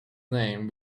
name